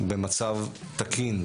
במצב תקין,